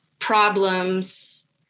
problems